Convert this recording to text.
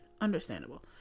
understandable